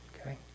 Okay